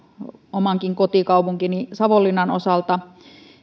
omankin kotikaupunkini savonlinnan osalta